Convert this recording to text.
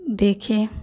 देखे